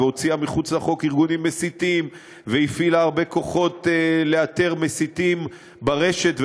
והוציאה מחוץ לחוק ארגונים מסיתים והפעילה הרבה כוחות לאתר מסיתים ברשת,